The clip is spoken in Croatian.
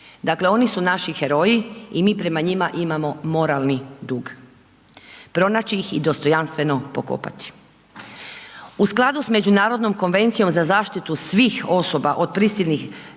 Dakle, oni su naši heroji i mi prema njima imamo moralni dug. Pronaći ih i dostojanstveno pokopati. U skladu s Međunarodnom konvencijom za zaštitu svih osoba od prisilnih